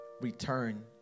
return